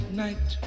night